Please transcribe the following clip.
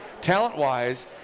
talent-wise